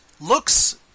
Looks